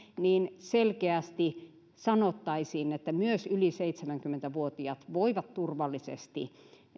selkeästi sanottaisiin että myös yli seitsemänkymmentä vuotiaat voivat turvallisesti